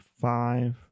five